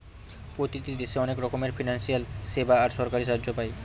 প্রতিটি দেশে অনেক রকমের ফিনান্সিয়াল সেবা আর সরকারি সাহায্য পায়